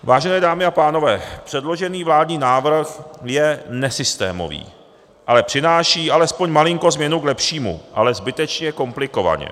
Vážené dámy a pánové, předložený vládní návrh je nesystémový, ale přináší alespoň malinkou změnu k lepšímu, ale zbytečně komplikovaně.